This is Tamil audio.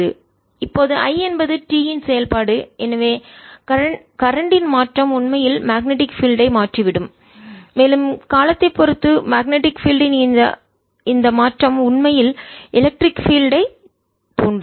B0nI z இப்போது I என்பது t இன் செயல்பாடு எனவே கரண்ட் இன் மின்னோட்டத்தின் மாற்றம் உண்மையில் மேக்னெட்டிக் பீல்ட் ஐ காந்தப்புலத்தை மாற்றிவிடும் மேலும் காலத்தைப் பொறுத்து மேக்னெட்டிக் பீல்டு இன் காந்தப்புலத்தின் இந்த மாற்றம் உண்மையில் எலக்ட்ரிக் பீல்டு மின் புலத்தை தூண்டும்